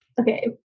okay